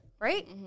Right